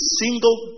single